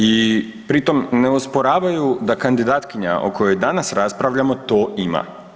I pri tom ne osporavaju da kandidatkinja o kojoj danas raspravljamo to ima.